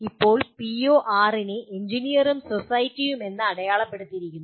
ഇപ്പോൾ പിഒ6 നെ എഞ്ചിനീയറും സൊസൈറ്റിയും എന്ന് അടയാളപ്പെടുത്തിയിരിക്കുന്നു